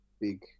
big